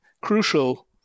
crucial